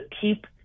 keep